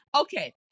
Okay